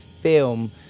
film